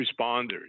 responders